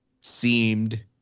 seemed